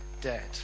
dead